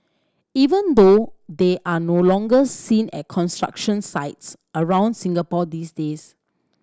even though they are no longer seen at construction sites around Singapore these days